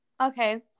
Okay